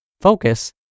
Focus